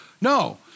No